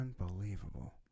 Unbelievable